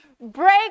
break